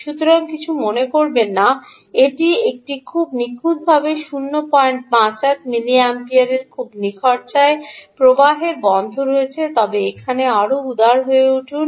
সুতরাং কিছু মনে করবেন না এটি খুব নিখুঁতভাবে 058 মিলিঅ্যাম্পিয়ারের খুব নিখরচায় প্রবাহের বন্ধ রয়েছে তবে এখানে আরও উদার হয়ে উঠুন